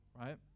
right